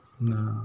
दा